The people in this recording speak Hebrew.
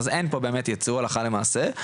אז אין פה באמת ייצוא הלכה למעשה.